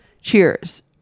Cheers